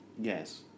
Yes